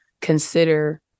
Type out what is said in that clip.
consider